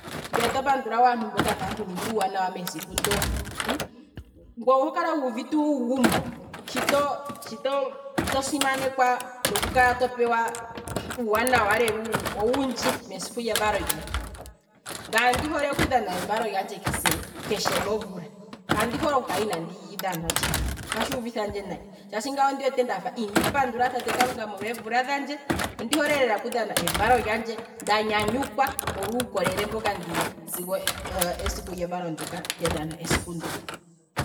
Ngwee to pandula wo aantu mboka taye ku ningile uuwanawa mesiku ndo, ngwee oho kala wuuvite uugumbo shito shito simanekwa noku kala to pewa uuwanawa lela owundji mesiku lyevalo lyohe, ngaye ondi hole okudhana evalo lyandje kese, keshe movula kandi hole oku kala inandi li dhana aye, ohashi uvithandje nayi shaashi ohandi kala ndafa inandi pandula tate kalunga molwa eemvula dhandje, ondi hole lela okudhana eevalo lyandje nda nyanyukwa molwa uukolele mboka ndina sigo esiku lyavalo ndoka te dhana esiku ndo.